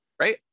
right